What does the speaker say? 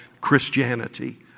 Christianity